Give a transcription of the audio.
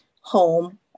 home